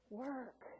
work